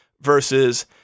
Versus